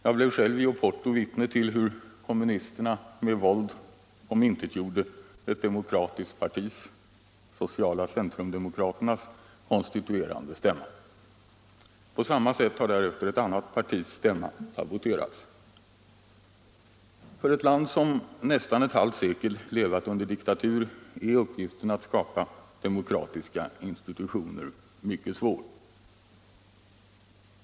Jag blev själv i Oporto vittne till hur kommunisterna med våld omintetgjorde ett demokratiskt partis — sociala centrumdemokraternas — konstituerande stämma. På samma sätt har därefter ett annat partis stämma saboterats. För ett land som nästan ett halvt sekel har levat under diktatur är uppgiften att skapa demokratiska institutioner mycket svår.